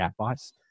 chatbots